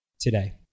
today